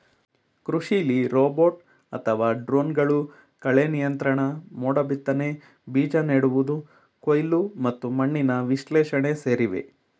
ಕೃಷಿಲಿ ರೋಬೋಟ್ ಅಥವಾ ಡ್ರೋನ್ಗಳು ಕಳೆನಿಯಂತ್ರಣ ಮೋಡಬಿತ್ತನೆ ಬೀಜ ನೆಡುವುದು ಕೊಯ್ಲು ಮತ್ತು ಮಣ್ಣಿನ ವಿಶ್ಲೇಷಣೆ ಸೇರಿವೆ